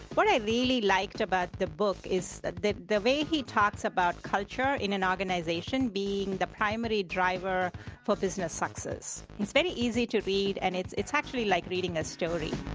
what i really liked about the book is the the way he talks about culture in an organization being the primary driver for business success. it's very easy to read and it's it's actually like reading a story.